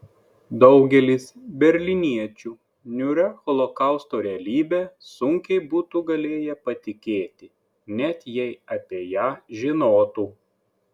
daugelis berlyniečių niūria holokausto realybe sunkiai būtų galėję patikėti net jei apie ją žinotų